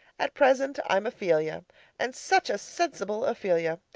at present i'm ophelia and such a sensible ophelia!